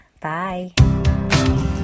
Bye